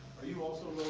are you also